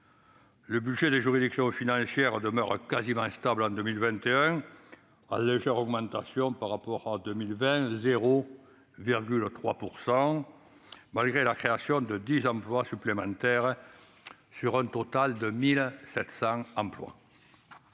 Le budget des juridictions financières demeure quasiment stable en 2021- on observe une légère augmentation de 0,3 % par rapport à 2020 -, malgré la création de 10 emplois supplémentaires, sur un total de 1 700 agents.